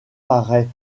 paraît